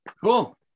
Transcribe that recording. cool